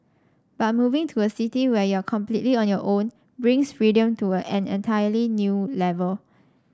but moving to a city where you're completely on your own brings freedom to an entirely new level